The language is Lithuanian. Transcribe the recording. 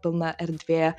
pilna erdvė